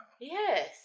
Yes